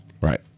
Right